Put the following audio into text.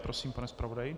Prosím, pane zpravodaji.